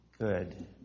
good